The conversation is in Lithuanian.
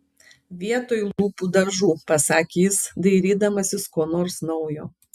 vietoj lūpų dažų pasakė jis dairydamasis ko nors naujo